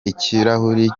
ikirahuri